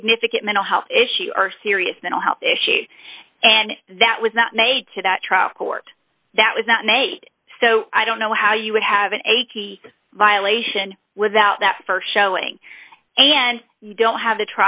significant mental health issue or serious mental health issue and that was not made to that trial court that was not made so i don't know how you would have been a violation without that st showing and you don't have the